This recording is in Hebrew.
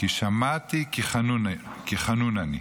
"ושמעתי כי חנון אני".